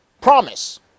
promise